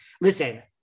listen